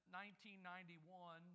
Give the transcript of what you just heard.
1991